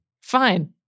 fine